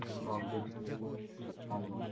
ꯍꯣ